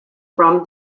from